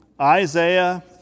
Isaiah